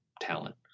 talent